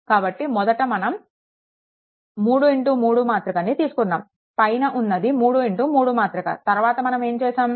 కాబట్టి మొదటి మనం 33 మాతృక ని తీసుకున్నాము పైన ఉన్నది 33 మాతృక తరవాత మనం ఏం చేశాము